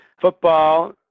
Football